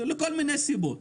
בשל כל מיני סיבות.